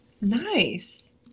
nice